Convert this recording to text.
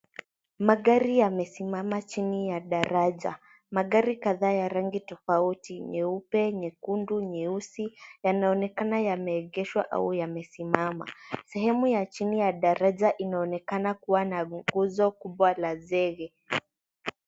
Magari yamesimama chini ya daraja . Magari kadhaa ya rangi tofauti, nyeupe, nyekundu, nyeusi, yanaonekana yameegeshwa au yamesimama. Sehemu ya chini ya daraja inaonekana kuwa na nguzo kubwa la zege.